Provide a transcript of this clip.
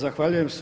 Zahvaljujem se.